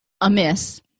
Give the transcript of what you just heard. amiss